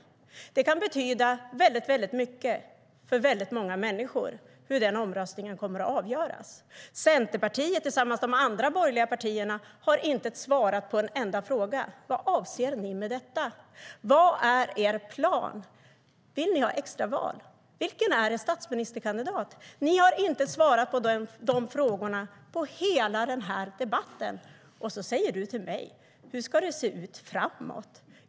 Hur den omröstningen kommer att avgöras kan betyda väldigt mycket för väldigt många människor. Centerpartiet tillsammans med de andra borgerliga partierna har inte svarat på en enda fråga. Vad avser ni med detta? Vad är er plan? Vill ni ha extra val? Vem är er statsministerkandidat? Ni har inte svarat på de frågorna under hela den här debatten. Sedan säger du till mig: Hur ska det se ut framåt?